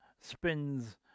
spins